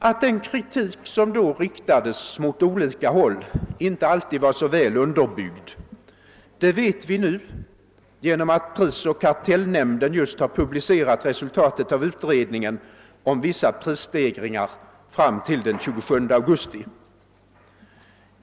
Att den kritik som då riktades mot olika håll inte alltid var så väl underbyggd vet vi nu genom att prisoch kartellnämnden just har publicerat resultatet av utredningen om vissa prisstegringar fram till den 27 augusti.